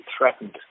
threatened